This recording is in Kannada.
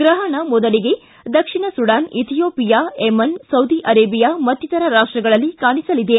ಗ್ರಹಣ ಮೊದಲಿಗೆ ದಕ್ಷಿಣ್ Sudan Ethiopia Yemen Saudi Arabia ಮತ್ತಿತರ ರಾಷ್ಷಗಳಲ್ಲಿ ಕಾಣಿಸಲಿದೆ